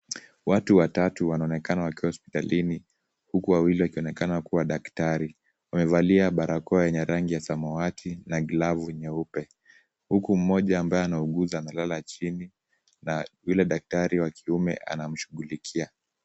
Watu watatu wanaonekana wakiwa hospitalini, huku wawili wakionekana kuwa daktari, wamevalia barakao yenye rangi ya samawati na glavu nyeupe, huku mmoja ambaye anauguzwa amelala chini, na yule daktari wa kiume anamshughulikia.